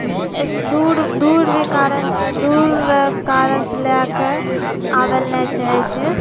दूर दूर भी कारन सँ दूर र कारन सँ लए कऽ आबय लए नहि चाहै छै